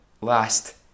last